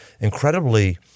incredibly